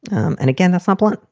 um and again, the sampling,